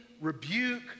rebuke